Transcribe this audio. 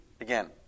Again